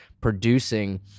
producing